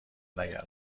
نگردم